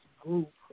group